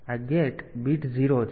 તેથી આ gate bit 0 છે